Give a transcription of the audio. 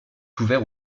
ouvert